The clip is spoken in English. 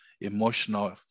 emotional